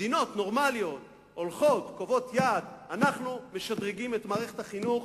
מדינות נורמליות הולכות וקובעות יעד: אנחנו משדרגים את מערכת החינוך.